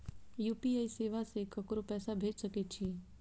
UPI सेवा से ककरो पैसा भेज सके छी?